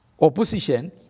Opposition